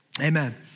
Amen